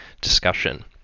discussion